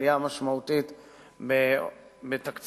עלייה משמעותית בתקציבים,